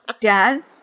Dad